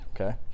Okay